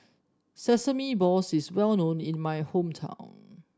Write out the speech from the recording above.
Sesame Balls is well known in my hometown